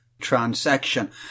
Transaction